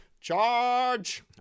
Charge